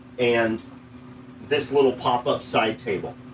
and this little pop-up side table.